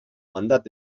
mandat